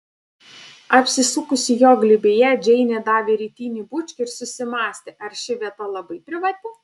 apsisukusi jo glėbyje džeinė davė rytinį bučkį ir susimąstė ar ši vieta labai privati